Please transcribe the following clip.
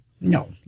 No